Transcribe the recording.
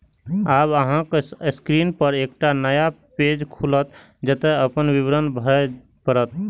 आब अहांक स्क्रीन पर एकटा नया पेज खुलत, जतय अपन विवरण भरय पड़त